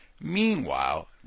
Meanwhile